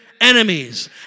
enemies